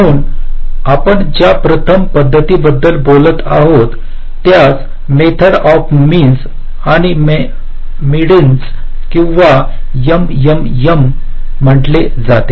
म्हणून आपण ज्या प्रथम पध्दतीबद्दल बोलत आहोतत्यास मेथड ऑफ मिनस आणि मेडीन्स किंवा एमएमएम म्हणतात